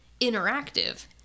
interactive